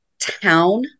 town